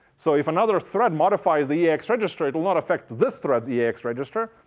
so if another thread modifies the ex register, it will not affect this thread's yeah ex register.